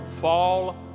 fall